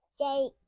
Jake